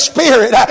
Spirit